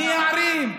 מייערים,